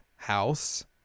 House